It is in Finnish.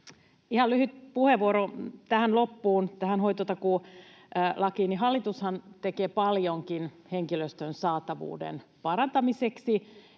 Ihan lyhyt puheenvuoro tähän loppuun tästä hoitotakuulaista. Hallitushan tekee paljonkin henkilöstön saatavuuden parantamiseksi